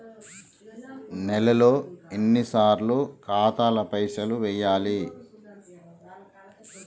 నెలలో ఎన్నిసార్లు ఖాతాల పైసలు వెయ్యాలి?